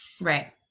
Right